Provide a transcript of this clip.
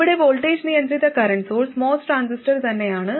ഇവിടെ വോൾട്ടേജ് നിയന്ത്രിത current source MOS transistor തന്നെയാണ്